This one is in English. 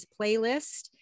playlist